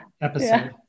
episode